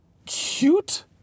cute